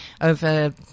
over